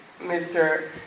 Mr